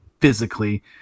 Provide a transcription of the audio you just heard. physically